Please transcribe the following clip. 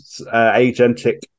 agentic